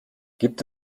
gibt